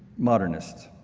modernist,